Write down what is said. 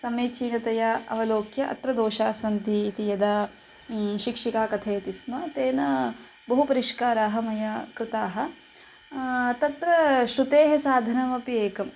समीचीनतया अवलोक्य अत्र दोषाः सन्ति इति यदा शिक्षिका कथयति स्म तेन बहुपरिष्काराः मया कृताः तत्र श्रुतेः साधनमपि एकं